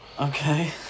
Okay